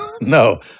No